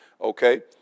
Okay